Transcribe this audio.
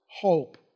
Hope